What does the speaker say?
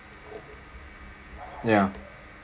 yeah